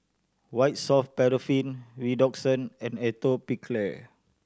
White Soft Paraffin Redoxon and Atopiclair